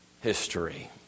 history